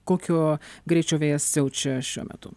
kokio greičio vėjas siaučia šiuo metu